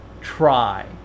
Try